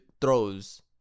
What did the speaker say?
throws